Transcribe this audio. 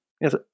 Yes